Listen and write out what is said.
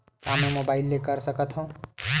का मै मोबाइल ले कर सकत हव?